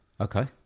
Okay